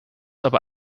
aber